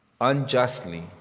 unjustly